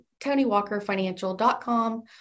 TonyWalkerFinancial.com